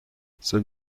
seule